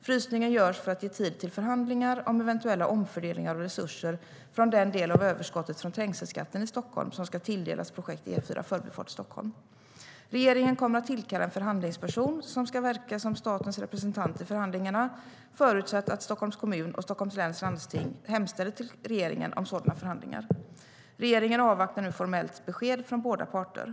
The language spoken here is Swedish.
Frysningen görs för att ge tid till förhandlingar om eventuella omfördelningar av resurser från den del av överskottet från trängselskatten i Stockholm som ska tilldelas projekt E4 Förbifart Stockholm. Regeringen kommer att tillkalla en förhandlingsperson som ska verka som statens representant i förhandlingarna, förutsatt att Stockholms kommun och Stockholms läns landsting hemställer till regeringen om sådana förhandlingar. Regeringen avvaktar nu formellt besked från båda parterna.